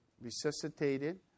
resuscitated